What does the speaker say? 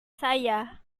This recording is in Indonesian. saya